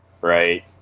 right